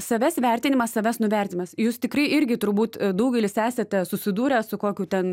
savęs vertinimas savęs nuvertinimas jūs tikrai irgi turbūt daugelis esate susidūrę su kokiu ten